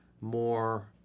more